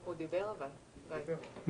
גור, בבקשה.